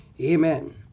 Amen